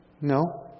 No